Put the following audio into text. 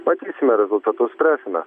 matysime rezultatus spręsime